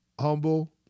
humble